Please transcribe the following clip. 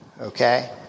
okay